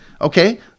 Okay